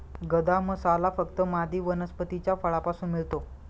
गदा मसाला फक्त मादी वनस्पतीच्या फळापासून मिळतो